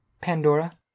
Pandora